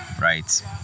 right